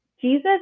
Jesus